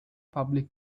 public